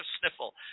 sniffle